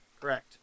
Correct